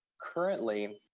currently,